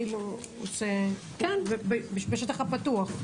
בשטח הפתוח?